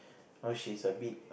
know she's a bit